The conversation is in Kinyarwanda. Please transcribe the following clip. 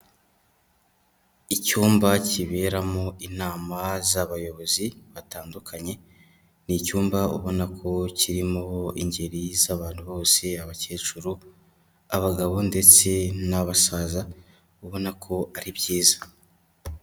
Icyumba kiberamo inama z'abayobozi batandukanye, ni icyumba ubona ko kirimo ingeri z'abantu bose, abakecuru, abagabo ndetse n'abasaza, ubona ko ari byiza.